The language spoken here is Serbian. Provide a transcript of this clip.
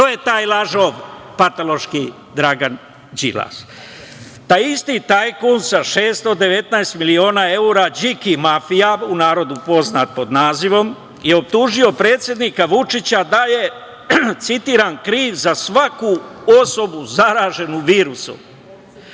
To je taj lažov patološki Dragan Đilas. Taj isti tajkun sa 619 miliona evra, u narodu poznat pod nazivom Điki mafija je optužio predsednika Vučića da je, citiram – kriv za svaku osobu zaraženu virusom,